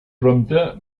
prompte